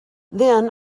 then